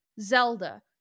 Zelda